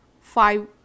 Five